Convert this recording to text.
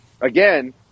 again